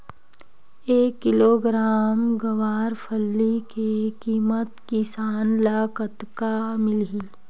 एक किलोग्राम गवारफली के किमत किसान ल कतका मिलही?